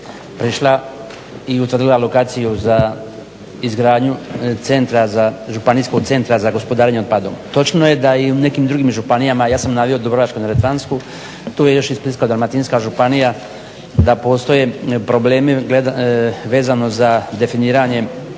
prešla i utvrdila lokaciju za izgradnju Županijskog centra za gospodarenje otpadom. Točno je da je i u nekim drugim županijama, ja sam naveo Dubrovačko-neretvansku tu je još i Splitsko-dalmatinska županija da postoje problemi vezano za definiranje